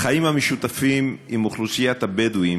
החיים המשותפים עם אוכלוסיית הבדואים